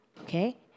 Okay